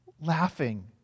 laughing